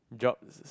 job